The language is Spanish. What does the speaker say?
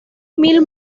mil